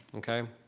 okay.